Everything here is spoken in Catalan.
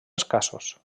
escassos